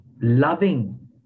loving